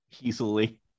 Easily